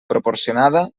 proporcionada